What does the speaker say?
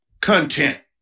content